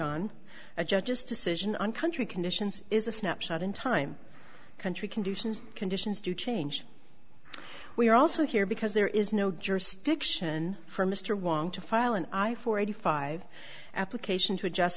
a judge's decision on country conditions is a snapshot in time country conditions conditions do change we are also here because there is no jurisdiction for mr wong to file an eye for eighty five application to adjust